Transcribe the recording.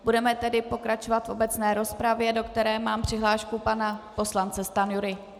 Budeme tedy pokračovat v obecné rozpravě, do které mám přihlášku pana poslance Stanjury.